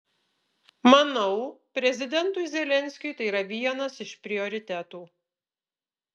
manau prezidentui zelenskiui tai yra vienas iš prioritetų